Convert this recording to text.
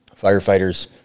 firefighters